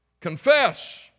Confess